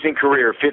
career